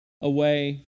away